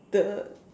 !duh!